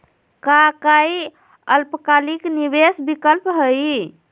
का काई अल्पकालिक निवेस विकल्प हई?